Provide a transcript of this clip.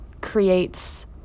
creates